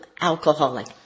alcoholic